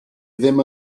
ddim